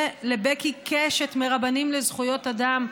ולבקי קשת מרבנים לזכויות אדם,